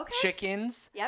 chickens